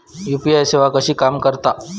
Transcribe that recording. UPI सेवा कशी काम करता?